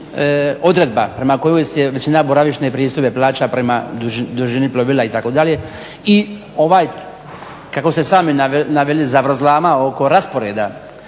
odredba prema kojoj se većina boravišne pristojbe plaća prema dužini plovila, itd. i ova, kako ste sami naveli zavrzlama oko rasporeda